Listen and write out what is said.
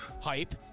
hype